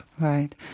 Right